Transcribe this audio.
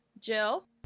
Jill